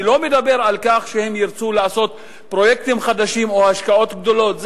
אני לא מדבר על כך שהם ירצו לעשות פרויקטים חדשים או השקעות גדולות.